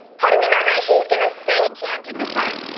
how do we know that she's gonna stay enchanted this time?